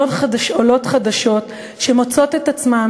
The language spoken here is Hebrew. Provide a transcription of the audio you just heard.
עולות חדשות מוצאות את עצמן,